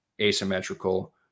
asymmetrical